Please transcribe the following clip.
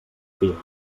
fil